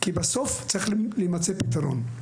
כי בסוף צריך להימצא פתרון.